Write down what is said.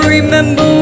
Remember